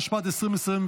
התשפ"ד 2024,